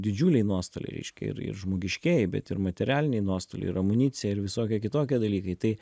didžiuliai nuostoliai reiškia ir ir žmogiškieji bet ir materialiniai nuostoliai ir amunicija ir visokie kitokie dalykai tai